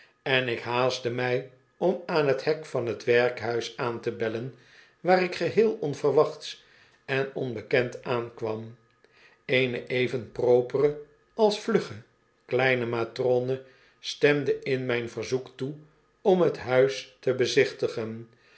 en ik haastte mij om aan t hek van t werkhuis aan te bellen waar ik geheel onverwachts en onbekend aankwam eene even propere als vlugge kleine matrone stemde in mijn verzoek toe om t huis te bezichtigen